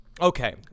Okay